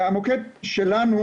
המוקד שלנו,